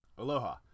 Aloha